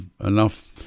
enough